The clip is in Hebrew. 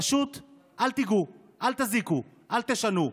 פשוט אל תיגעו, אל תזיקו, אל תשנו.